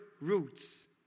roots